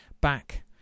back